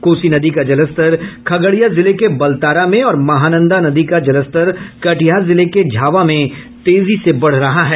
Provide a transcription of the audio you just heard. कोसी नदी का जलस्तर खगड़िया जिले के बलतारा में और महानंदा नदी का जलस्तर कटिहार जिले के झावा में तेजी से बढ़ रहा है